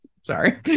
sorry